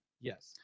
Yes